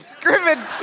Griffin